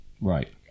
Right